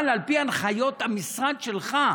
אבל על פי הנחיות המשרד שלך,